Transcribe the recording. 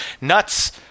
nuts